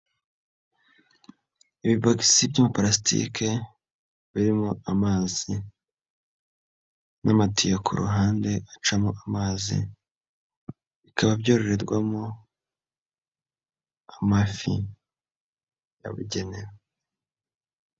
Ibibogisi by'ibipalasitike birimo amazi n'amatiyo ku ruhande acamo amazi, bikaba byororerwamo amafi yabugenewe.